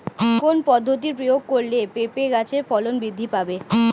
কোন পদ্ধতি প্রয়োগ করলে পেঁপে গাছের ফলন বৃদ্ধি পাবে?